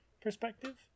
perspective